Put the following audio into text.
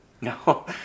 No